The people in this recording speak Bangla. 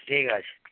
ঠিক আছে